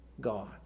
God